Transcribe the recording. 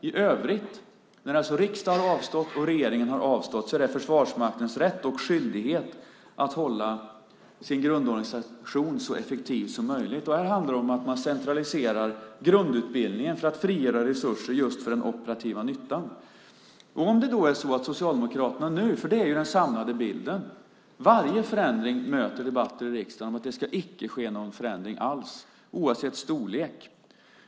I övrigt - när riksdagen och regeringen har avstått - är det Försvarsmaktens rätt och skyldighet att hålla sin grundorganisation så effektiv som möjligt. Här handlar det om att centralisera grundutbildningen för att frigöra resurser för just den operativa nyttan. Den samlade bilden är att varje förändring innebär debatter i riksdagen om att det icke ska ske någon förändring, oavsett storlek.